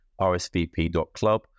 rsvp.club